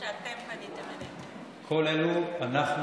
כל אלה נרשמו וולונטרית או שאתם פניתם אליהם?